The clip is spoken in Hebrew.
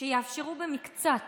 שיאפשרו במקצת